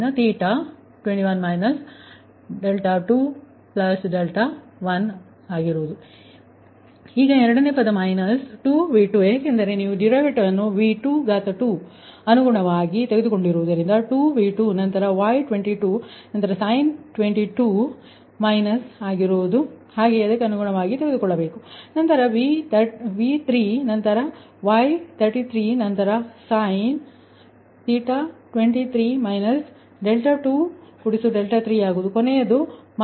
ಈಗ ಎರಡನೆಯ ಪದಮೈನಸ್ 2 V2 ಏಕೆಂದರೆ ನೀವು ಡರಿವಿಟಿವ ಅನ್ನು V22 ಅನುಗುಣವಾಗಿ ತೆಗೆದುಕೊಂಡಿರುವುದರಿಂದ 2V2ನಂತರ Y22 ನಂತರ sinθ22 ಮೈನಸ್ ಇದು ಹಾಗೆಯೇ ಇದಕ್ಕೆ ಅನುಗುಣವಾಗಿ ತೆಗೆದುಕೊಳ್ಳಬೇಕು ನಂತರ ಅದು V3 ನಂತರ Y33 ನಂತರ ಸೈನ್ ನಂತರ 𝜃23 𝛿2 𝛿3 ಆಗುವುದು ಕೊನೆಯದು ಮೈನಸ್ V4 ನಂತರ Y24